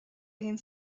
egin